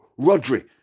Rodri